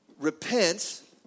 Repent